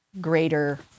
greater